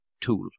tool